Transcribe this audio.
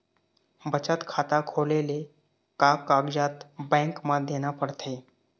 बचत खाता खोले ले का कागजात बैंक म देना पड़थे?